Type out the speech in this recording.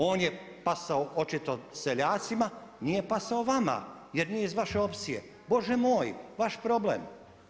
On je pasao očito seljacima, nije pasao vama jer nije iz vaše opcije, bože moj, vaš problem.